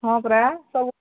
ହଁ ପରା ସବୁ